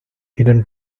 hidden